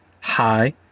hi